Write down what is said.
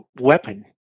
weapon